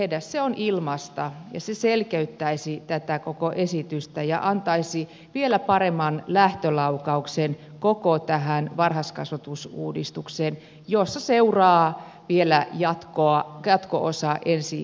se on ilmaista ja se selkeyttäisi tätä koko esitystä ja antaisi vielä paremman lähtölaukauksen koko tähän varhaiskasvatusuudistukseen jota seuraa vielä jatko osa ensi vaalikaudella